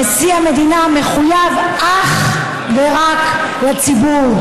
נשיא המדינה מחויב אך ורק לציבור,